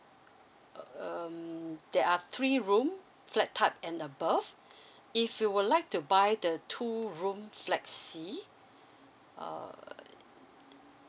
um there are three room flat type and above if you would like to buy the two room flexi err